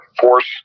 force